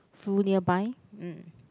full nearby